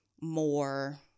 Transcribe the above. more